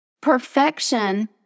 Perfection